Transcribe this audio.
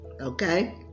okay